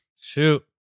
Shoot